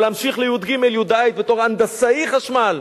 או להמשיך לי"ג-י"ד ולסיים בתור הנדסאי חשמל.